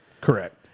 Correct